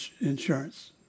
insurance